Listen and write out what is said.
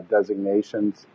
designations